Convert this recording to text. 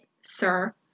sir